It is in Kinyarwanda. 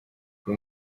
uyu